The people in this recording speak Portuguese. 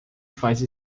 faz